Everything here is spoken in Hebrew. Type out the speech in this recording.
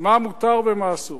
מה מותר ומה אסור,